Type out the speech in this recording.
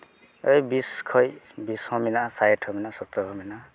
ᱳᱭ ᱵᱤᱥ ᱠᱷᱚᱱ ᱵᱤᱥ ᱦᱚᱸ ᱢᱮᱱᱟᱜᱼᱟ ᱥᱟᱴ ᱦᱚᱸ ᱢᱮᱱᱟᱜᱼᱟ ᱥᱳᱛᱛᱳᱨ ᱦᱚᱸ ᱢᱮᱱᱟᱜᱼᱟ